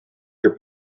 your